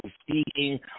speaking